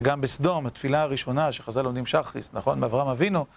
גם בסדום, התפילה הראשונה שחזה לו נמשך, נכון, באברהם אבינו.